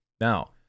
Now